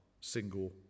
single